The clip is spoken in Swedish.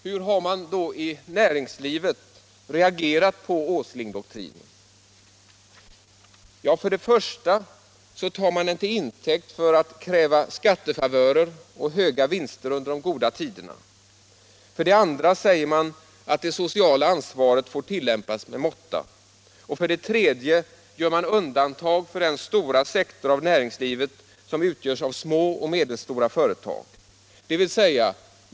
Hur har man då inom näringslivet reagerat på Åslingdoktrinen? För det första tar man den till intäkt för att kräva skattefavörer och höga vinster under de goda tiderna. För det andra säger man att det sociala ansvaret får tillämpas med måtta. Och för det tredje gör man undantag för den stora sektor av näringslivet som utgörs av små och medelstora företag.